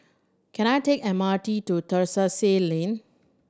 can I take M R T to Terrasse Lane